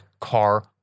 car